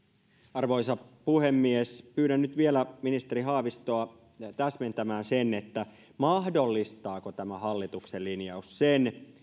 arvoisa puhemies pyydän nyt vielä ministeri haavistoa täsmentämään mahdollistaako tämä hallituksen linjaus sen